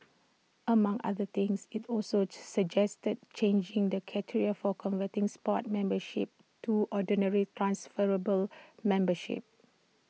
among other things IT also suggested changing the criteria for converting sports memberships to ordinary transferable memberships